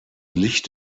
licht